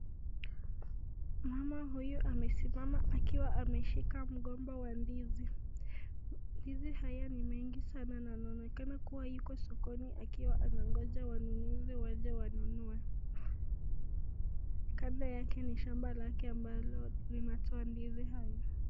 Mama huyu amesimama akiwa ameshika mgomba wa ndizi, ndizi haya ni mengi sanana inaonekana kwamba hii Iko soko akingojea wanunusi waaje wanunue, kando yake ni mashamba yake ambalo ametoa ndizi hayo.